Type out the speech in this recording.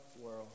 world